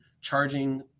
charging